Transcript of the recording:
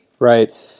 Right